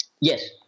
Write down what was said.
Yes